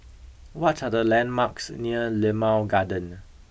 what are the landmarks near Limau Garden